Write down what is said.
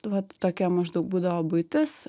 vat tokia maždaug būdavo buitis